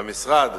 והמשרד,